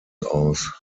aus